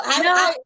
No